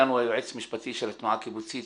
איתנו היועץ המשפטי של התנועה הקיבוצית,